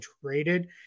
traded